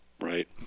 Right